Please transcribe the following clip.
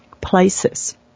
places